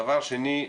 דבר שני,